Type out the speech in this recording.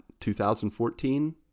2014